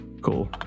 cool